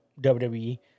WWE